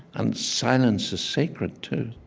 and silence is sacred too.